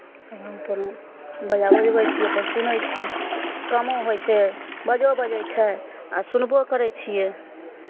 वहाँपर ओ बाजा बजबै छी अपन सुनै छी कामो होइ छै बाजो बजै छै आ सुनबो करै छियै